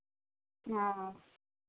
हँ